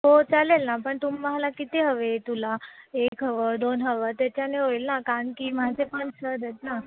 हो चालेल ना पण तुम्हाला किती हवे तुला एक हवं दोन हवं त्याच्याने होईल ना कारणकी माझे पण सर आहेत ना